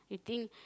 you think